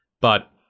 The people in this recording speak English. But-